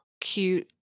cute